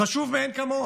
חשוב מאין כמוהו.